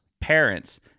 parents